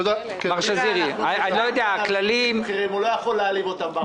הוא לא יכול להעליב אותם בישיבה.